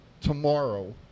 tomorrow